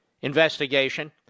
investigation